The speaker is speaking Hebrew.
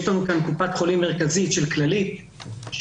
מר משה פדלון,